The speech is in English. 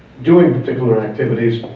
doing particular activities.